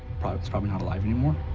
is probably not alive anymore.